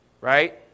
right